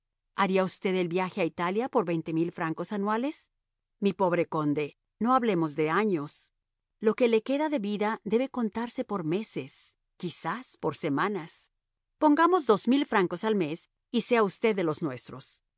haría usted el viaje a italia por veinte mil francos anuales mi pobre conde no hablemos de años lo que le queda de vida debe contarse por meses quizás por semanas pongamos dos mil francos al mes y sea usted de los nuestros